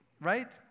Right